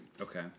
Okay